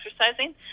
exercising